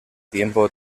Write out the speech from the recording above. tiempo